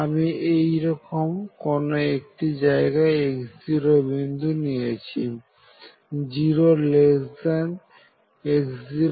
আমি এইরকম কোন একটি জায়গায় x0 বিন্দু নিয়েছি 0x0L